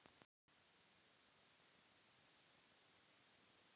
फुलकोबी के खेती वास्तॅ पंद्रह सॅ बीस डिग्री तापमान अनुकूल होय छै